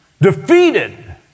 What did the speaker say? defeated